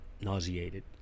Nauseated